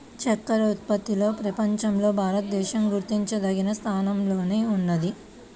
చక్కర ఉత్పత్తిలో ప్రపంచంలో భారతదేశం గుర్తించదగిన స్థానంలోనే ఉన్నది